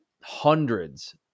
hundreds